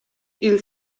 hil